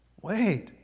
Wait